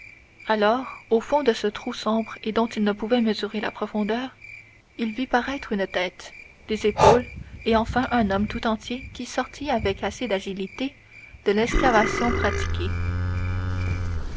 alors au fond de ce trou sombre et dont il ne pouvait mesurer la profondeur il vit paraître une tête des épaules et enfin un homme tout entier qui sortit avec assez d'agilité de l'excavation pratiquée